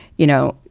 you know,